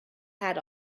had